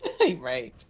right